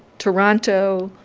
toronto,